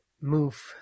move